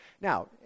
Now